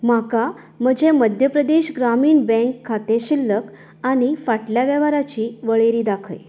म्हाका म्हजें मध्य प्रदेश ग्रामीण बँक खातें शिल्लक आनी फाटल्या वेव्हाराची वळेरी दाखय